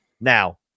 now